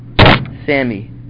Sammy